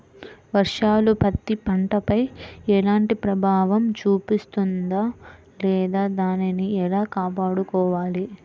వర్షాలు పత్తి పంటపై ఎలాంటి ప్రభావం చూపిస్తుంద లేదా దానిని ఎలా కాపాడుకోవాలి?